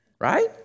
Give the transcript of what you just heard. Right